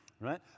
right